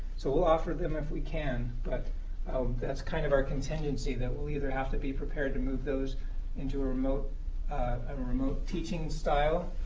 so we'll offer them if we can, but that's kind of our contingency that we'll either have to be prepared to move those into a remote um remote teaching style,